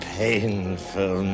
painful